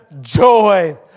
joy